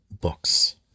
books